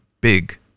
big